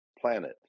planet